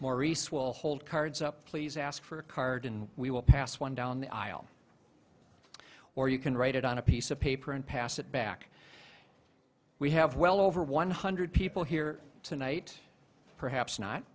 maurice will hold cards up please ask for a card and we will pass one down the aisle or you can write it on a piece of paper and pass it back we have well over one hundred people here tonight perhaps not